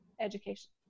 education